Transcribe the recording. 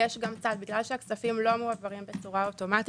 בגלל שהכספים לא מועברים אוטומטית,